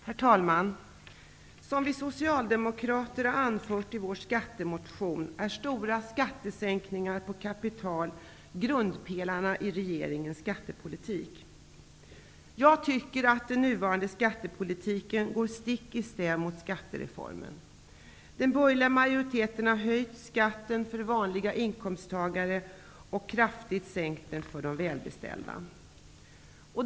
Herr talman! Som vi socialdemokrater har anfört i vår skattemotion är stora skattesänkningar på kapital grundpelarna i regeringens skattepolitik. Jag tycker att den nuvarande skattepolitiken går stick i stäv mot skattereformen. Den borgerliga majoriteten har höjt skatten för vanliga inkomsttagare och kraftigt sänkt den för de välbeställda.